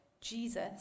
Jesus